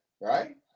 right